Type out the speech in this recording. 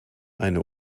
eine